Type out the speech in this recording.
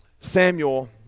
Samuel